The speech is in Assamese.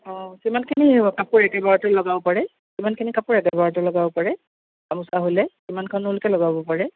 অঁ কিমানখিনি কাপোৰ একেবাৰতে লগাব পাৰে কিমানখিনি কাপোৰ একেবাৰতে লগাব পাৰে গামোচা হ'লে কিমানখনলৈকে লগাব পাৰে